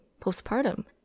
postpartum